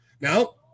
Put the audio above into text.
Now